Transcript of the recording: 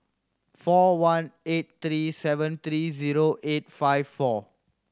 four one eight three seven three zero eight five four